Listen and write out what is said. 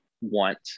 want